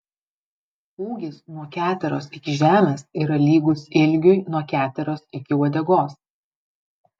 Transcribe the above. ūgis nuo keteros iki žemės yra lygus ilgiui nuo keteros iki uodegos